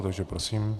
Takže prosím.